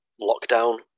lockdown